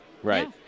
Right